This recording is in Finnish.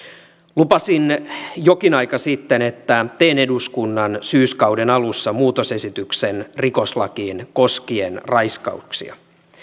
lupasin jokin aika sitten että teen eduskunnan syyskauden alussa muutosesityksen rikoslakiin koskien raiskauksia